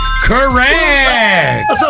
correct